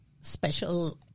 special